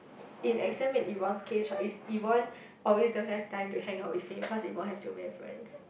in exam in Yvonne's case right it's Yvonne always don't have time to hang out with him cause Yvonne have too many friends